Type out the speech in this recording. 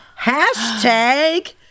hashtag